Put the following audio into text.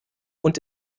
und